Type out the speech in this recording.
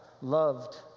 loved